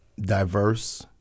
diverse